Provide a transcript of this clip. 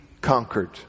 conquered